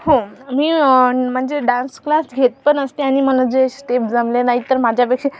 हो मी म्हणजे डान्स क्लास घेतपण असते आणि मला जे स्टेप जमले नाही तर माझ्यापेक्षा